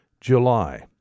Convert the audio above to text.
July